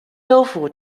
州府